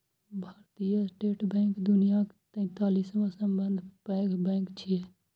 भारतीय state bank दुनियाक तैंतालिसवां सबसं पैघ बैंक छियै